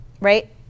right